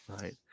right